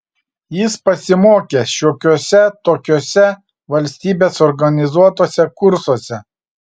jis pasimokė šiokiuose tokiuose valstybės organizuotuose kursuose